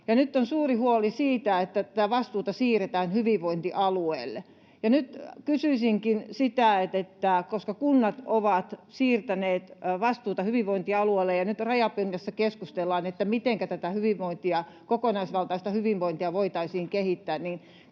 nyt on suuri huoli siitä, että tätä vastuuta siirretään hyvinvointialueille. Ja nyt kysyisinkin: kun kunnat ovat siirtäneet vastuuta hyvinvointialueille ja nyt rajapinnassa keskustellaan siitä, mitenkä tätä hyvinvointia, kokonaisvaltaista hyvinvointia, voitaisiin kehittää, mikä